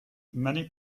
many